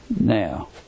Now